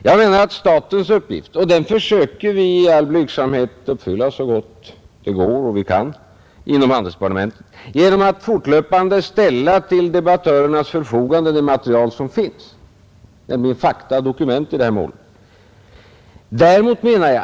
Jag menar att statens uppgift — och den försöker vi i all blygsamhet uppfylla så gott det går och vi kan inom handelsdepartementet — är att fortlöpande ställa till debattörernas förfogande det material som finns, nämligen fakta och dokument i det här målet.